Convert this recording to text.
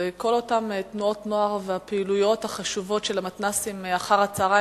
גם כל אותן תנועות נוער והפעילויות החשובות של המתנ"סים אחר-הצהריים,